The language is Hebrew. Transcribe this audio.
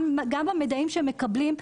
גם במידעים שהם מקבלים.